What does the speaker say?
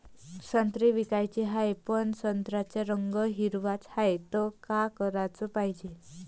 संत्रे विकाचे हाये, पन संत्र्याचा रंग हिरवाच हाये, त का कराच पायजे?